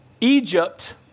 Egypt